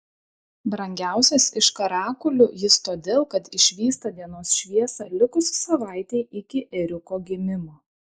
brangiausias iš karakulių jis todėl kad išvysta dienos šviesą likus savaitei iki ėriuko gimimo